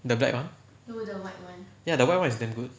the black one ya the white one is damn good